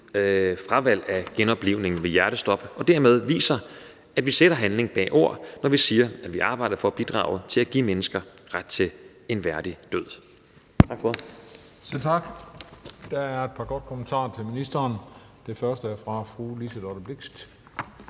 fravalg af genoplivning ved hjertestop, så vi dermed viser, at vi sætter handling bag ord, når vi siger, at vi arbejder for at bidrage til at give mennesker ret til en værdig død.